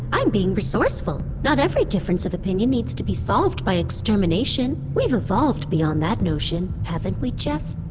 i'm being resourceful. not every difference of opinion needs to be solved by extermination. we've evolved beyond that notion, haven't we geoff?